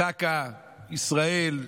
זק"א ישראל,